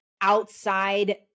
outside